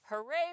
Hooray